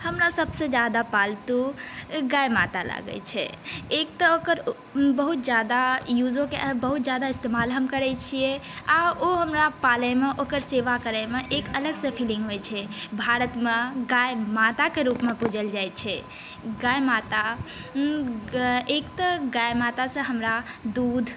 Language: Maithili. हमरा सबसँ ज्यादा पालतू गाइ माता लागै छै एक तए ओकर बहुत ज्यादा यूजो बहुत ज्यादा इस्तेमाल हम करै छिए आओर ओ हमरा पालैमे ओकर सेवा करैमे एक अलगसन फीलिङ्ग होइ छै भारतमे गाइ माताके रूपमे पूजल जाइ छै गाइ माता एक तऽ गाइ मातासँ हमरा दूध